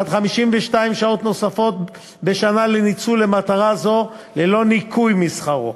עד 52 שעות נוספות בשנה לניצול למטרה זו ללא ניכוי משכרו,